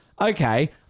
Okay